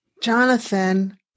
Jonathan